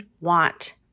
want